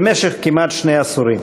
במשך כמעט שני עשורים.